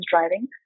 driving